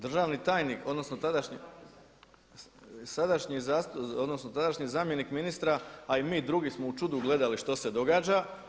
Državni tajnik, odnosno sadašnji, odnosno tadašnji zamjenik ministra a i mi drugi smo u čudu gledali što se događa.